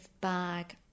bag